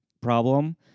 problem